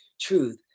truth